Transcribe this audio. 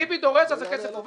טיבי דורש ואז הכסף עובר?